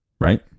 right